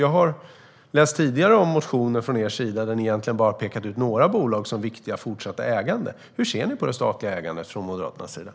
Jag har tidigare läst motioner som ni har väckt där ni har pekat ut några bolag som är viktiga att fortsätta att äga. Hur ser ni från Moderaternas sida på det statliga ägandet?